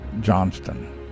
Johnston